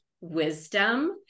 wisdom